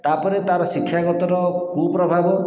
ତା'ପରେ ତା'ର ଶିକ୍ଷାଗତର କୁପ୍ରଭାବ